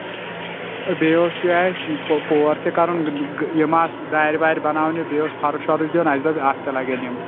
بیٚیہِ اوس یہِ اَسہِ پور تہِ کَرُن یِم آسہٕ دارِ وارِ بَناونہِ بیٚیہِ اوس فَرٕش وَرٕش دیُن اَسہِ دوٚپ اَتھ تہِ لگن یِم